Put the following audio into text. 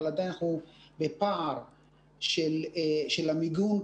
אבל אנחנו עדיין בפער של המיגון,